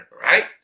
right